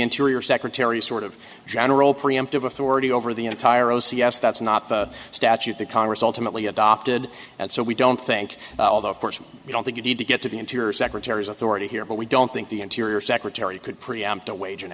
interior secretary sort of general preemptive authority over the entire o c s that's not the statute that congress ultimately adopted and so we don't think although of course you don't think you need to get to the interior secretary's authority here but we don't think the interior secretary could preamp to wage an